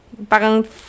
parang